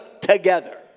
together